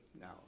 now